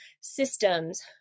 systems